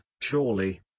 surely